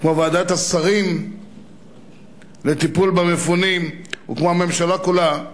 כמו ועדת השרים לטיפול במפונים וכמו הממשלה כולה,